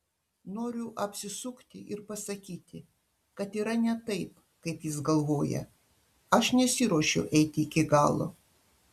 noriu apsisukti ir pasakyti kad yra ne taip kaip jis galvoja aš nesiruošiu eiti iki galo